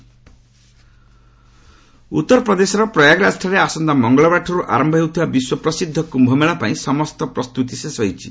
କ୍ନମ୍ଭମେଳା ଉତ୍ତରପ୍ରଦେଶର ପ୍ରୟାଗରାଜଠାରେ ଆସନ୍ତା ମଙ୍ଗଳବାରଠାରୁ ଆରମ୍ଭ ହେଉଥିବା ବିଶ୍ୱପ୍ରସିଦ୍ଧ କ୍ୟୁମେଳା ପାଇଁ ସମସ୍ତ ପ୍ରସ୍ତୁତି ଶେଷ ହୋଇଛି